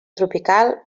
tropical